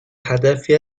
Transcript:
هدفی